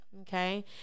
okay